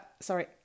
sorry